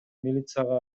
милицияга